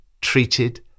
treated